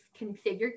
configured